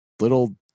little